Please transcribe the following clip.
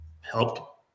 helped